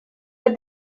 but